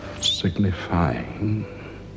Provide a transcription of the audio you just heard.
Signifying